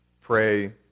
pray